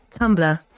Tumblr